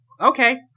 okay